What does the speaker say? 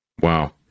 Wow